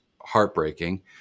heartbreaking